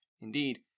indeed